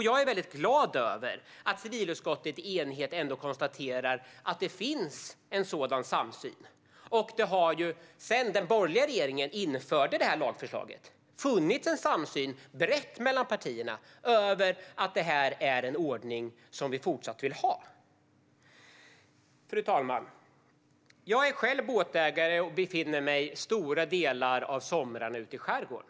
Jag är glad att civilutskottet i enighet konstaterar att det finns en sådan samsyn. Det har sedan den borgerliga regeringen införde den här lagen funnits en bred samsyn mellan partierna att det här är en ordning som vi fortsatt vill ha. Fru talman! Jag är själv båtägare och befinner mig stora delar av sommaren ute i skärgården.